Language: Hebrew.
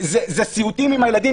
זה סיוטים עם הילדים.